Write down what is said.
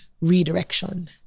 redirection